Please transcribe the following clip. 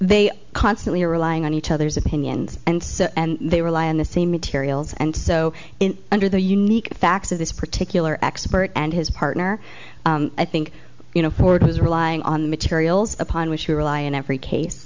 they constantly are relying on each other's opinions and so they rely on the same materials and so in under the unique facts of this particular expert and his partner i think you know ford was relying on materials upon which your ally in every case